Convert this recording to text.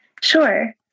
Sure